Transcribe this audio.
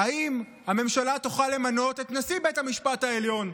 האם הממשלה תוכל למנות את נשיא בית המשפט העליון?